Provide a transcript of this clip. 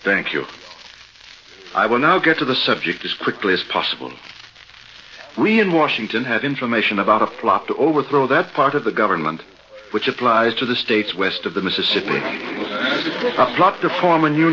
thank you i will now get to the subject as quickly as possible we in washington have information about a plot to overthrow that part of the government which applies to the states west of the mississippi plot to form a new